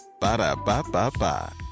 Ba-da-ba-ba-ba